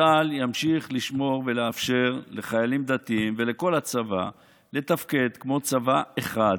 צה"ל ימשיך לשמור ולאפשר לחיילים דתיים ולכל הצבא לתפקד כמו צבא אחד.